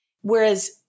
whereas